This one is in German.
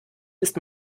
ist